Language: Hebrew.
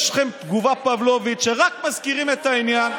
יש לכם תגובה פבלובית: כשרק מזכירים את העניין,